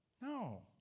No